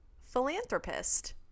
philanthropist